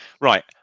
right